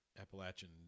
Appalachian